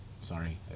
sorry